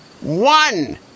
one